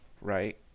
right